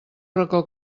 racó